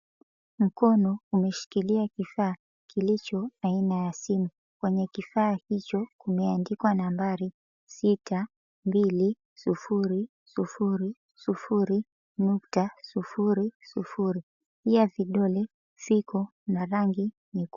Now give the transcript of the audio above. Mkono umeshikilia kifaa kilicho aina ya simu. Kwenye kifaa hicho kumeandikwa nambari 62000.00. Pia vidole viko na rangi nyekundu.